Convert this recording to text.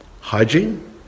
hygiene